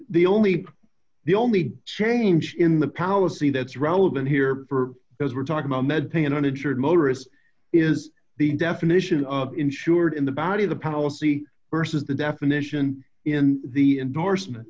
the only the only change in the policy that's relevant here for those we're talking a med pay an uninsured motorist is the definition of insured in the body of the policy versus the definition in the endorsement